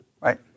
right